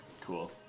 Cool